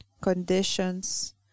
conditions